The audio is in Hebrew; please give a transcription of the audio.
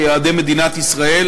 ביעדי מדינת ישראל,